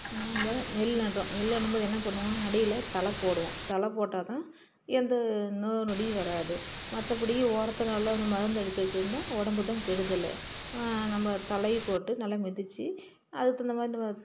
நாம் நெல் நடுறோம் நெல் நடும்போது என்ன பண்ணுவோம் அடியில் தழை போடுவோம் தழை போட்டால் தான் எந்த நோய் நொடியும் வராது மற்றபடி உரத்தை நல்லா வந்து மருந்தடிச்சு வச்சுருந்தா உடம்பு தான் கெடுதல் நம்ம தழையை போட்டு நல்லா மிதிச்சு அதுக்கு தகுந்த மாரி நம்ம